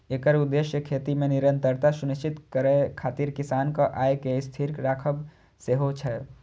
एकर उद्देश्य खेती मे निरंतरता सुनिश्चित करै खातिर किसानक आय कें स्थिर राखब सेहो छै